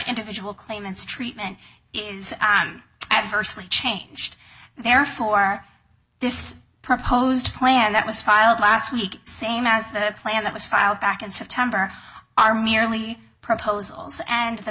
individual claimants treatment is adversely changed therefore this proposed plan that was filed last week same as the plan that was filed back in september are merely proposals and the